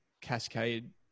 cascade